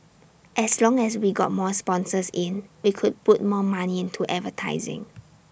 as long as we got more sponsors in we could put more money into advertising